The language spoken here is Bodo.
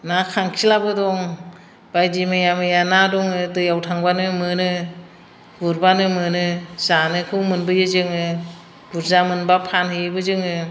ना खांखिलाबो दं बायदि मैया मैया ना दङ दैयाव थांब्लानो मोनो गुरब्लानो मोनो जानायखौ मोनबोयो जोङो बुरजा मोनब्ला फानहैयोबो जोङो